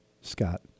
Scott